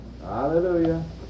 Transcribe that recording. Hallelujah